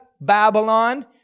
Babylon